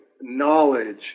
knowledge